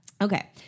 Okay